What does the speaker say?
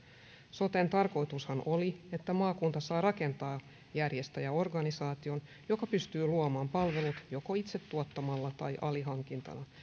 soten tarkoitushan oli että maakunta saa rakentaa järjestäjäorganisaation joka pystyy luomaan palvelut joko itse tuottamalla tai alihankintana